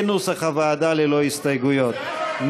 כנוסח הוועדה, ללא הסתייגויות.